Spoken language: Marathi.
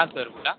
हां सर बोला